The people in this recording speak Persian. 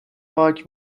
پاک